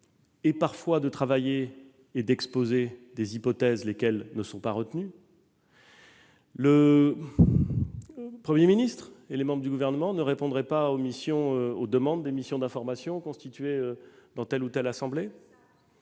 ou cela, de travailler et d'exposer des hypothèses qui, parfois, ne sont pas retenues. Le Premier ministre et les membres du Gouvernement ne répondraient pas aux demandes des missions d'information constituées dans telle ou telle assemblée.